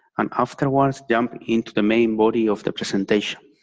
and afterwards jump into the main body of the presentation.